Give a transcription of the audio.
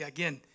Again